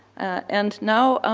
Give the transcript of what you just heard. and now,